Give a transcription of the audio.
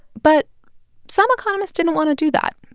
but some economists didn't want to do that.